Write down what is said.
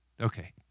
Okay